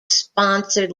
sponsored